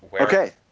Okay